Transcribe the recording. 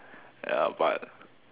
ya but